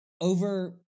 Over